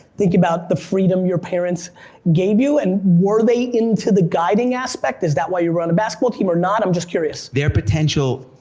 thinking about the freedom your parents gave you, and were they into the guiding aspect, is that why you run a basketball team or not? i'm just curious. their potential,